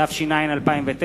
התש"ע 2009,